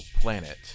planet